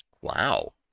Wow